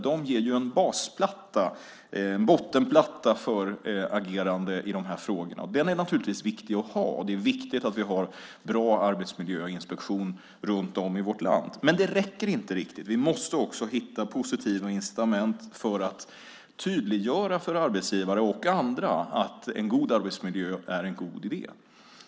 De ger ju en bottenplatta för agerande i de här frågorna, och den är naturligtvis viktig att ha. Det är viktigt att vi har en bra arbetsmiljöinspektion runt om i vårt land. Men det räcker inte riktigt, utan vi måste också hitta positiva incitament för att tydliggöra för arbetsgivare och andra att en god arbetsmiljö är en god idé.